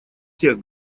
всех